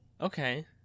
Okay